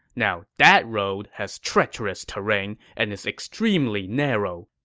now, that road has treacherous terrain and is extremely narrow.